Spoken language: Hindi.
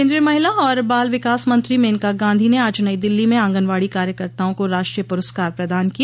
केन्द्रीय महिला और बाल विकास मंत्रो मेनका गांधी ने आज नई दिल्ली में आंगनवाड़ी कार्यकर्ताओं को राष्ट्रीय पुरस्कार प्रदान किए